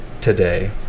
today